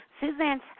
Suzanne